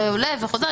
זה עולה וחוזר,